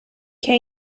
can